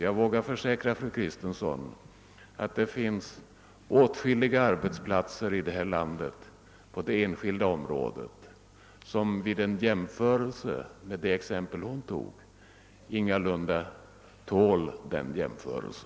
Jag vågar försäkra fru Kristensson om att det finns åtskilliga enskilda arbetsplatser i detta land som ingalunda tål den jämförelse fru Kristensson gjorde.